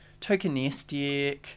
tokenistic